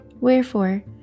Wherefore